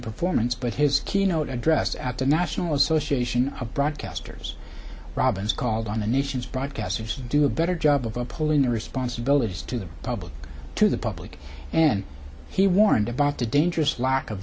performance but his keynote address at the national association of broadcasters robins called on the nation's broadcasters do a better job of pulling their responsibilities to the public to the public and he warned about the dangerous lack of